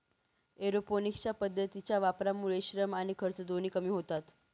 aeroponics पद्धतीच्या वापरामुळे श्रम आणि खर्च दोन्ही कमी होतात